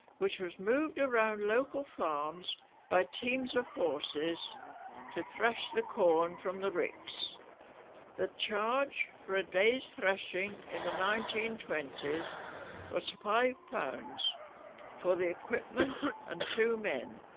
which was moved around local farms by teams of horses to thrash the corn from the ricks the charge for a day's thrashing in the nineteen twenty s was five pounds for the equipment and two men